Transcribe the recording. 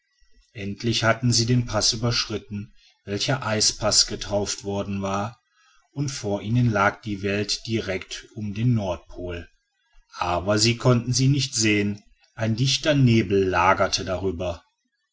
endlich hatten sie den paß überschritten welcher eis paß getauft worden war und vor ihnen lag die welt direkt um den nordpol aber sie konnten sie nicht sehen ein dichter nebel lagerte darüber